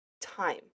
time